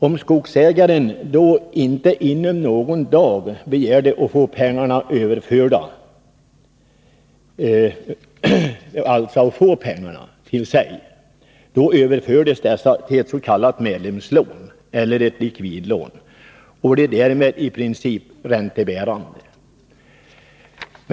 Om skogsägaren då inte inom några dagar begärde att få pengarna, överfördes dessa till ett s.k. medlemslån eller likvidlån och blev därmed i princip räntebärande.